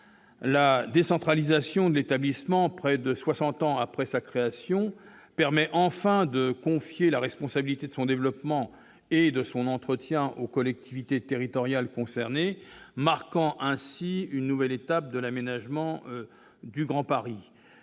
La décentralisation de l'établissement, près de soixante ans après sa création, permet enfin de confier la responsabilité de son développement et de son entretien aux collectivités territoriales concernées, marquant ainsi une nouvelle étape de l'aménagement du Grand Paris.